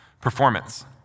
Performance